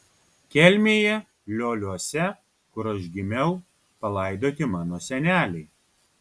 kelmėje lioliuose kur aš gimiau palaidoti mano seneliai